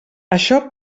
això